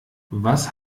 was